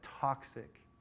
toxic